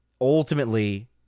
ultimately